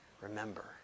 Remember